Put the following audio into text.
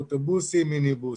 אוטובוסים ומיניבוסים.